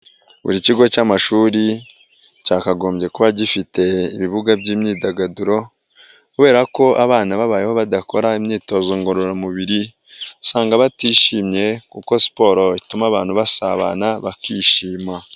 Buri kigo cy'amashuri cyakagombye kuba gifite ibibuga by'imyidagaduro kubera ko abana babayeho badakora imyitozo ngororamubiri usanga batishimye kuko siporo ituma abantu basabana bakishima.